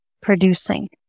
producing